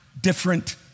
different